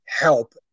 help